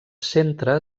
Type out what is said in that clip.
centre